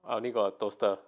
I only got a toaster